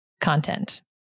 content